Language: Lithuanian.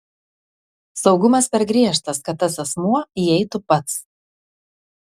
saugumas per griežtas kad tas asmuo įeitų pats